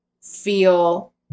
feel